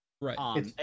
Right